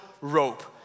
rope